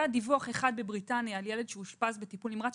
היה דיווח אחד בבריטניה על ילד שאושפז בטיפול נמרץ,